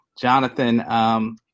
Jonathan